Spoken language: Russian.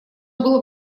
было